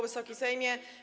Wysoki Sejmie!